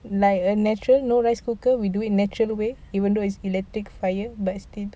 like a natural rice cooker we do it natural way even though it's electric fire but still